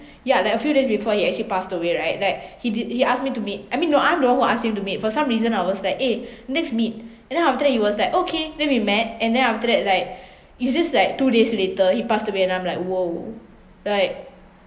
ya like a few days before he actually passed away right like he did he ask me to meet I mean no I'm the one who ask him to meet for some reason I was like eh let’s meet and then after that he was like okay then we met and then after that like it's just like two days later he passed away and I'm like !whoa! like